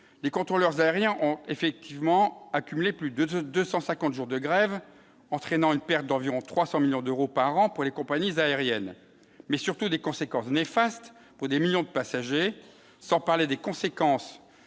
les contrôleurs aériens ont effectivement accumulé plus de 250 jours de grève, entraînant une perte d'environ 300 millions d'euros par an pour les compagnies aériennes, mais surtout des conséquences néfastes pour des millions de passagers sans parler des conséquences